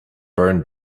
burned